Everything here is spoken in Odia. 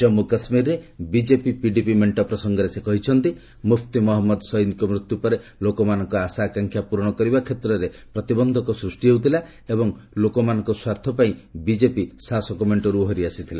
ଜମ୍ମୁ କାଶ୍ମୀରରେ ବିଜେପି ପିଡିପି ମେଣ୍ଟ ପ୍ରସଙ୍ଗରେ ସେ କହିଛନ୍ତି ମୁଫ୍ତି ମହମ୍ମଦ ସୟିଦ୍ଙ୍କ ମୃତ୍ୟୁ ପରେ ଲୋକମାନଙ୍କ ଆଶା ଆକାଂକ୍ଷା ପୂରଣ କରିବା କ୍ଷେତ୍ରରେ ପ୍ରତିବନ୍ଧକ ସୃଷ୍ଟି ହେଉଥିଲା ଏବଂ ଲୋକମାନଙ୍କ ସ୍ୱାର୍ଥପାଇଁ ବିଜେପି ଶାସକ ମେଣ୍ଟରୁ ଓହରି ଆସିଥିଲା